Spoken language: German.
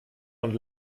und